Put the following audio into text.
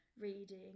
reading